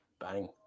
Bang